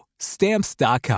Stamps.com